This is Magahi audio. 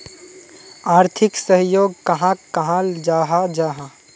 आर्थिक सहयोग कहाक कहाल जाहा जाहा?